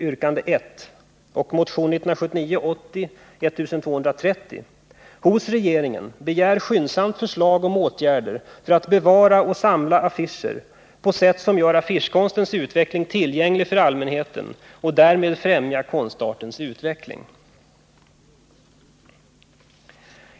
Yrkandet lyder: tillgänglig för allmänheten och därmed främjar konstartens utveckling.